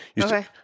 Okay